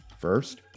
First